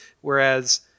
whereas